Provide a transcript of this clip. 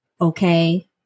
okay